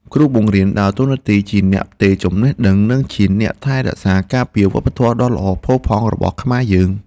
គ្រូបង្រៀនដើរតួនាទីជាអ្នកផ្ទេរចំណេះដឹងនិងជាអ្នកថែរក្សាការពារវប្បធម៌ដ៏ល្អផូរផង់របស់ខ្មែរយើង។